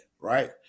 right